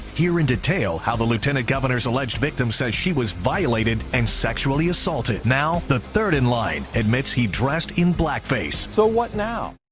heear in detail how the lieutenant governor's alleged victim says she was violated and sexually assaulted. now the third in line admits he dressed in blackface. so what now?